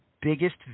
biggest